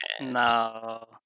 No